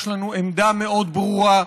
יש לנו עמדה מאוד ברורה: